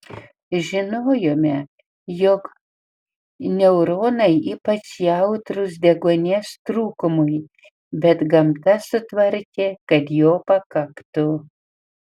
žinojome jog neuronai ypač jautrūs deguonies trūkumui bet gamta sutvarkė kad jo pakaktų